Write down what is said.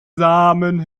samen